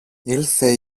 ήλθε